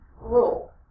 rule